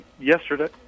yesterday